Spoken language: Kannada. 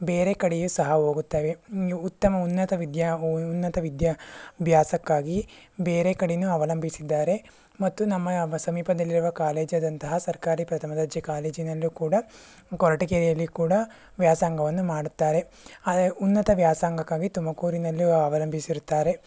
ಬೇರೆ ಕಡೆಯೂ ಸಹ ಹೋಗುತ್ತವೆ ಉತ್ತಮ ಉನ್ನತ ವಿದ್ಯಾ ಉನ್ನತ ವಿದ್ಯಾಭ್ಯಾಸಕ್ಕಾಗಿ ಬೇರೆ ಕಡೆಯೂ ಅವಲಂಬಿಸಿದ್ದಾರೆ ಮತ್ತು ನಮ್ಮ ಸಮೀಪದಲ್ಲಿರುವ ಕಾಲೇಜಾದಂತಹ ಸರ್ಕಾರಿ ಪ್ರಥಮ ದರ್ಜೆ ಕಾಲೇಜಿನಲ್ಲಿಯೂ ಕೂಡ ಕೊರಟೆಗೆರೆಯಲ್ಲಿ ಕೂಡ ವ್ಯಾಸಂಗವನ್ನು ಮಾಡುತ್ತಾರೆ ಆದರೆ ಉನ್ನತ ವ್ಯಾಸಂಗಕ್ಕಾಗಿ ತುಮಕೂರಿನಲ್ಲಿ ವ ಅವಲಂಬಿಸಿರುತ್ತಾರೆ